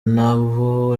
n’aho